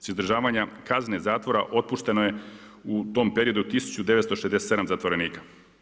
Sa izdržavanjem kazne zatvora otpušteno je u tom periodu 1967 zatvorenika.